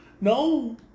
No